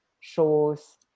shows